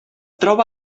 troba